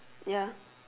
ya